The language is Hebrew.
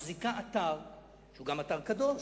מחזיקה כך אתר שהוא גם אתר קדוש,